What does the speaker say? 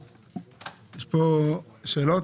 שאלות?